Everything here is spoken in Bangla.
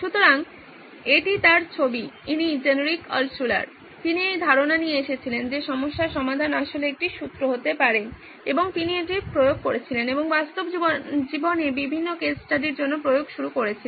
সুতরাং এটি তার ছবি ইনি জেনেরিক আল্টশুলার তিনি এই ধারণা নিয়ে এসেছিলেন যে সমস্যার সমাধান আসলে একটি সূত্র হতে পারে এবং তিনি এটি প্রয়োগ করেছিলেন এবং বাস্তব জীবনে বিভিন্ন কেস স্টাডির জন্য প্রয়োগ শুরু করেছিলেন